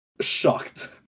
shocked